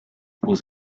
was